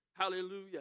Hallelujah